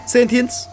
Sentience